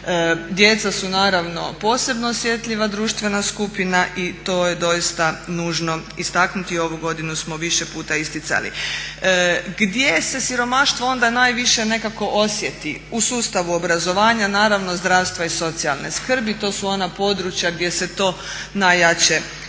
Djeca su naravno posebno osjetljiva društvena skupina i to je doista nužno istaknuti. Ovu godinu smo više puta isticali. Gdje se siromaštvo onda najviše nekako osjeti? U sustavu obrazovanja, naravno zdravstva i socijalne skrbi. To su ona područja gdje se to najjače vidi.